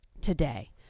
today